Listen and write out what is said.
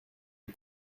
aux